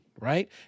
right